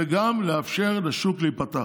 וגם לאפשר לשוק להיפתח.